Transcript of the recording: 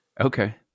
Okay